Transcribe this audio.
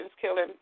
killing